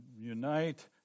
unite